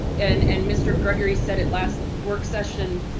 anne anne mr gregory said it last work session,